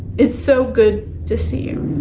it's so good to see you!